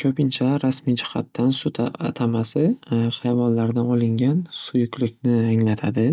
Ko'pincha rasmiy jihatdan sut at- atamasi hayvonlardan olingan suyuqlikni anglatadi.